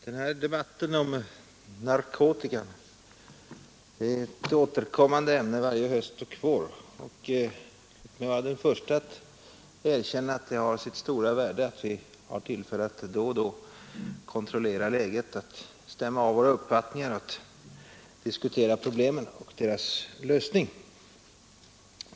Herr talman! Debatten om narkotikan är ett återkommande ämne varje höst och vår. Låt mig vara den förste att erkänna att det har sitt stora värde att vi har tillfälle att då och då kontrollera läget, att stämma av våra uppfattningar och att diskutera problemen och deras lösning.